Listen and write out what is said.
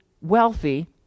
wealthy